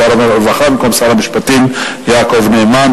שר הרווחה במקום שר המשפטים יעקב נאמן.